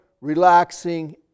relaxing